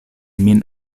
min